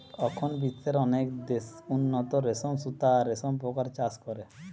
অখন বিশ্বের অনেক দেশ উন্নত রেশম সুতা আর রেশম পোকার চাষ করে